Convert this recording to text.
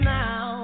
now